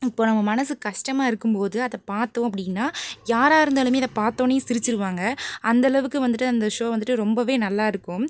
இப்போ நம்ம மனசு கஷ்டமாக இருக்கும் போது அதை பார்த்தோம் அப்படினா யாராக இருந்தாலுமே அதை பார்த்தவொன்னே சிரிச்சுருவாங்க அந்தளவுக்கு வந்துட்டு அந்த ஷோ வந்துட்டு ரொம்பவே நல்லா இருக்கும்